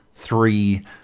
three